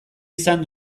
izan